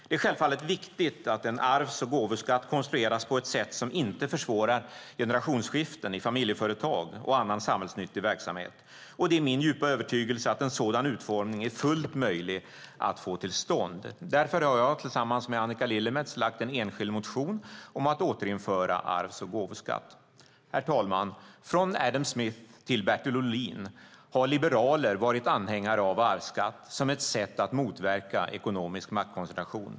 Det är självfallet viktigt att en arvs och gåvoskatt konstrueras på ett sätt som inte försvårar generationsskiften i familjeföretag och annan samhällsnyttig verksamhet. Och det är min djupa övertygelse att en sådan utformning är fullt möjlig att få till stånd. Därför har jag tillsammans med Annika Lillemets lagt en enskild motion om att återinföra arvs och gåvoskatt. Herr talman! Från Adam Smith till Bertil Ohlin har liberaler varit anhängare av arvsskatt som ett sätt att motverka ekonomisk maktkoncentration.